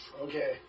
okay